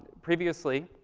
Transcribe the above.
previously,